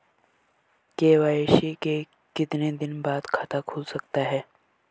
KYC के कितने दिन बाद खाता खुल सकता है?